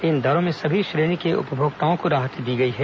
इन दरों में सभी श्रेणी के उपभोक्ताओं को राहत दी गई है